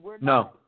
No